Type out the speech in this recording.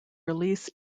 release